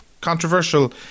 controversial